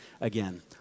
again